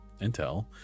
intel